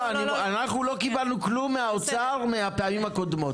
לא, אנחנו לא קיבלנו כלום מהאוצר מהפעמים הקודמות.